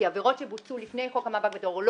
כי עבירות שבוצעו לפני חוק המאבק בטרור,